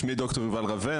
שמי ד"ר יובל רווה,